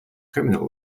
criminal